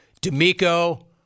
D'Amico